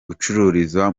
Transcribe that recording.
gucururiza